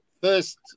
first